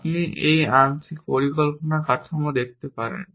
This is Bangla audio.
আপনি এই আংশিক পরিকল্পনা কাঠামো দেখতে পারেন